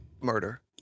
Murder